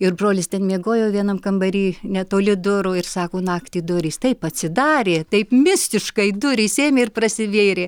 ir brolis ten miegojo vienam kambary netoli durų ir sako naktį durys taip atsidarė taip mistiškai durys ėmė ir prasivėrė